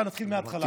עכשיו נתחיל מההתחלה.